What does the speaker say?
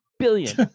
Billion